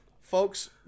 Folks